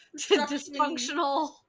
dysfunctional